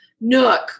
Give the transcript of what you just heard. Nook